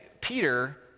Peter